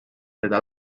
teda